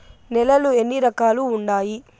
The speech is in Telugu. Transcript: నేలలు ఎన్ని రకాలు వుండాయి?